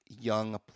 young